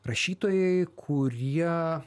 rašytojai kurie